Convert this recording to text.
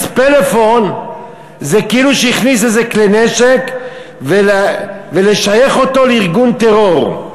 פלאפון זה כאילו שהכניס איזה כלי נשק ולשייך אותו לארגון טרור.